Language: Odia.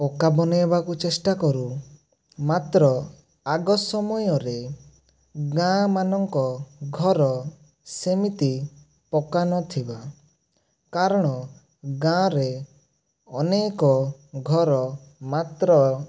ପକ୍କା ବନାଇବାକୁ ଚେଷ୍ଟା କରୁ ମାତ୍ର ଆଗ ସମୟରେ ଗାଁମାନଙ୍କ ଘର ସେମିତି ପକ୍କା ନଥିବା କାରଣ ଗାଁରେ ଅନେକ ଘର ମାତ୍ର